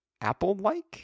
Apple-like